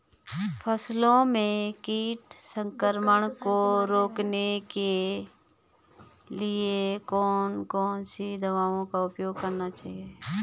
फसलों में कीट संक्रमण को रोकने के लिए कौन कौन सी दवाओं का उपयोग करना चाहिए?